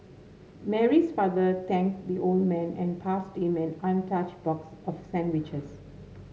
Mary's father thanked the old man and passed him an untouched box of sandwiches